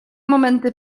momenty